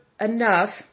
enough